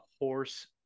horse